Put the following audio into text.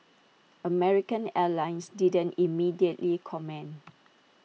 American airlines didn't immediately comment